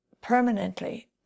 permanently